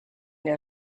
der